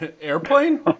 Airplane